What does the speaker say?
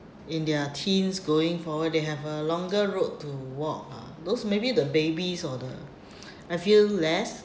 in their teens going forward they have a longer road to walk lah those maybe the babies or the I feel less